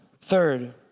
third